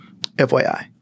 FYI